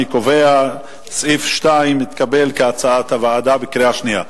אני קובע שסעיף 2 התקבל כהצעת הוועדה בקריאה שנייה.